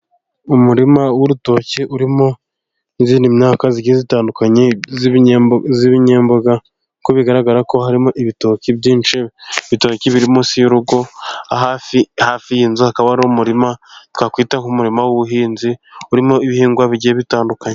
Umurima w'urutoki urimo n'indi myaka igiye itandukanye, z'ibinyamboga kuko bigaragara ko harimo ibitoki byinshi, ibitoki biri munsi y'urugo hafi y'inzu hakaba hari umurima twakwita ko ari umurima w'ubuhinzi ,urimo ibihingwa bigiye bitandukanye.